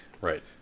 right